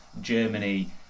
Germany